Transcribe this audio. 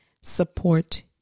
support